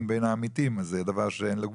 בין העמיתים אז זה דבר שאין לו גבול.